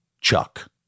Chuck